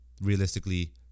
realistically